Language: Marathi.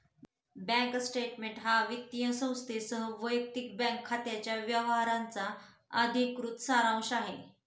बँक स्टेटमेंट हा वित्तीय संस्थेसह वैयक्तिक बँक खात्याच्या व्यवहारांचा अधिकृत सारांश आहे